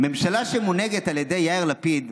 "ממשלה שמונהגת על ידי יאיר לפיד,